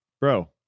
bro